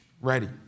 Ready